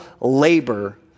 labor